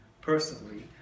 personally